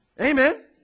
Amen